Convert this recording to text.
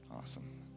Awesome